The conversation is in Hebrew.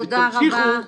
תודה רבה,